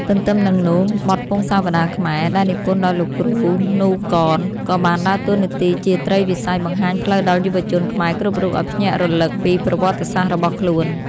ទន្ទឹមនឹងនោះ បទពង្សាវតារខ្មែរ ដែលនិពន្ធដោយលោកគ្រូ នូ កន ក៏បានដើរតួនាទីជាត្រីវិស័យបង្ហាញផ្លូវដល់យុវជនខ្មែរគ្រប់រូបឱ្យភ្ញាក់រលឹកពីប្រវត្តិសាស្ត្ររបស់ខ្លួន។